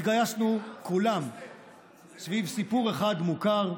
התגייסנו כולם סביב סיפור אחד מוכר,